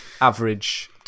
average